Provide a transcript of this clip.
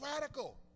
radical